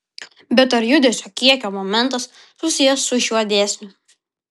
bet ar judesio kiekio momentas susijęs su šiuo dėsniu